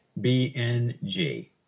BNG